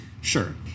Sure